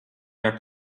are